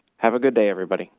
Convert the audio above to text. have a good day, everybody.